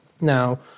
Now